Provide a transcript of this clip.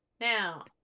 now